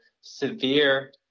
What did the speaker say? severe